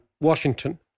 Washington